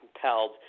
compelled